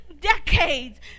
Decades